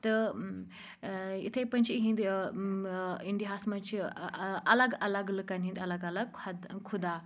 تہٕ اِتھَے پٲٹھۍ چھِ اِہِنٛدۍ اِنٛڈیاہَس منٛز چھِ اَلگ اَلگ لُکَن ہِنٛدۍ الگ اَلگ خدا